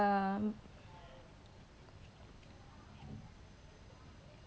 ya existed that this he welcomes welcomed back then that's good